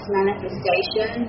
manifestation